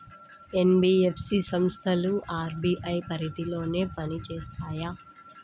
NBFC సంస్థలు RBI పరిధిలోనే పని చేస్తాయా?